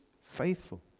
faithful